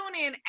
TuneIn